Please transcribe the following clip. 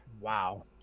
Wow